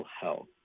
health